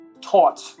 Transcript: taught